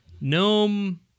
Gnome